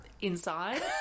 Inside